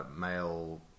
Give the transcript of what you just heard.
male